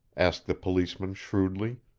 asked the policeman shrewdly.